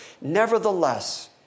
Nevertheless